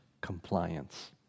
compliance